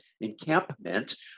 encampment